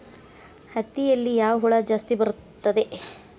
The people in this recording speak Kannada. ಹತ್ತಿಯಲ್ಲಿ ಯಾವ ಹುಳ ಜಾಸ್ತಿ ಬರುತ್ತದೆ?